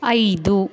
ಐದು